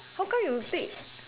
how come you take